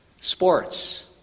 sports